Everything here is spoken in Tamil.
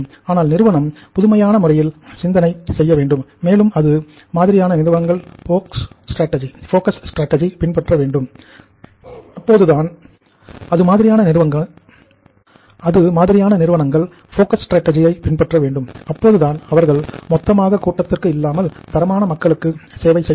அதனால் நிறுவனம் புதுமையான முறையில் சிந்தனை செய்ய வேண்டும் மேலும் அது மாதிரியான நிறுவனங்கள்போக்கஸ் ஸ்ட்ராடஜிஸ் பின்பற்ற வேண்டும் அப்போதுதான் அவர்கள் மொத்தமாக கூட்டத்திற்கு இல்லாமல் தரமான மக்களுக்குசேவை செய்யலாம்